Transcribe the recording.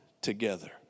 together